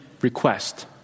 request